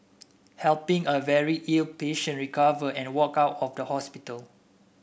helping a very ill patient recover and walk out of the hospital